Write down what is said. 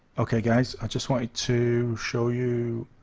okay guys i just wanted to show you